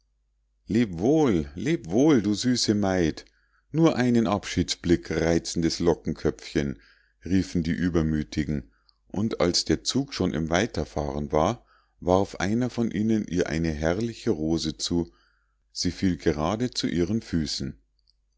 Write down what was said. leb wohl leb wohl du süße maid nur einen abschiedsblick reizendes lockenköpfchen riefen die uebermütigen und als der zug schon im weiterfahren war warf einer von ihnen ihr eine herrliche rose zu sie fiel gerade zu ihren füßen